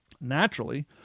Naturally